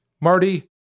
Marty